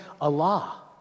Allah